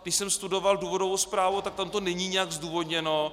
Když jsem studoval důvodovou zprávu, tak tam to není nijak zdůvodněno.